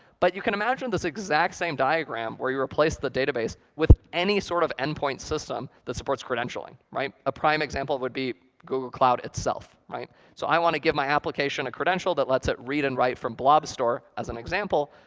but you can imagine this exact same diagram where you replace the database with any sort of endpoint system that supports credentialing, right? a prime example would be google cloud, itself. so i want to give my application a credential that lets it read and write from blobstore, as an example.